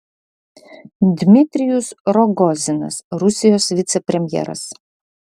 dmitrijus rogozinas rusijos vicepremjeras